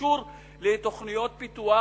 קשור לתוכניות פיתוח,